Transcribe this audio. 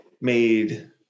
made